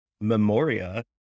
Memoria